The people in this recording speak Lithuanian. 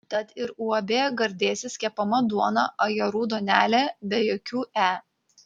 tad ir uab gardėsis kepama juoda ajerų duonelė be jokių e